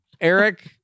Eric